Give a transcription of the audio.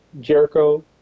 Jericho